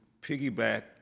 piggyback